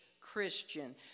Christian